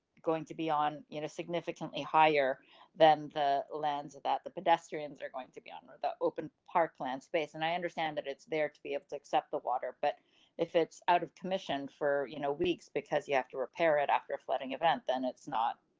going to be on you know significantly higher than the lens of that the pedestrians are going to be on the open parkland space. and i understand that it's there to be able to accept the water. but if it's out of commission for you know weeks, because you have to repair it after a flooding event, then it's not.